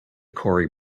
corey